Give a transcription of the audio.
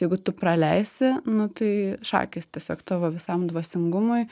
jeigu tu praleisi nu tai šakės tiesiog tavo visam dvasingumui